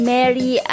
Mary